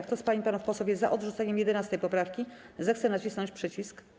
Kto z pań i panów posłów jest za odrzuceniem 11. poprawki, zechce nacisnąć przycisk.